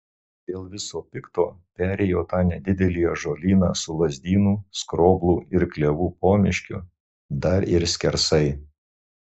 dėl viso pikto perėjo tą nedidelį ąžuolyną su lazdynų skroblų ir klevų pomiškiu dar ir skersai